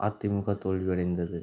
அதிமுக தோல்வியடைந்தது